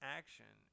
action